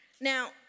Now